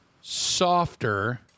softer